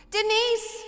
Denise